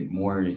more